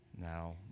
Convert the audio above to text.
Now